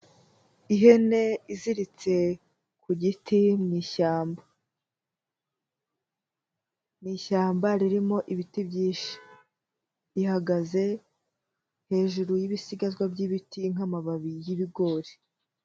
Ihene iziritse ku giti mu ishyamba. Ni ishyamba irimo ibiti byinshi, ihagaze hejuru y'ibisigazwa by'ibiti nk'amababi y'ibigori.